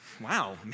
wow